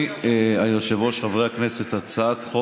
מי נגד?